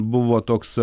buvo toks